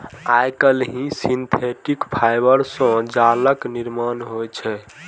आइकाल्हि synthetic fibre सं जालक निर्माण होइ छै